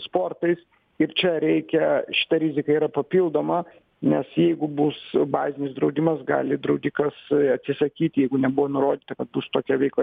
sportais ir čia reikia šita rizika yra papildoma nes jeigu bus bazinis draudimas gali draudikas atsisakyti jeigu nebuvo nurodyta kad bus tokia veikla